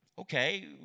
Okay